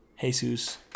Jesus